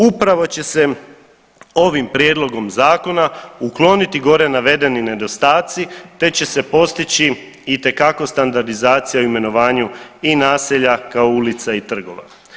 Upravo će se ovim prijedlogom zakona ukloniti gore navedeni nedostaci, te će se postići itekako standardizacija o imenovanju i naselja, kao ulica i trgova.